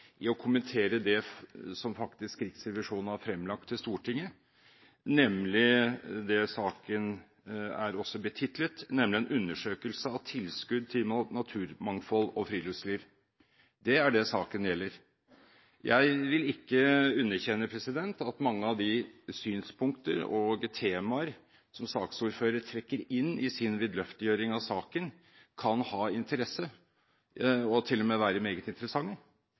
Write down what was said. i å kommentere det som Riksrevisjonen faktisk har fremlagt for Stortinget, nemlig det som saken også er betitlet, nemlig en «undersøkelse av tilskudd til naturmangfold og friluftsliv». Det er det saken gjelder. Jeg vil ikke underkjenne at mange av de synspunkter og temaer som saksordføreren trekker inn i sin vidløftiggjøring av saken, kan ha interesse og til og med være meget interessante,